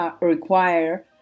require